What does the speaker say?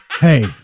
Hey